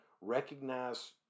recognize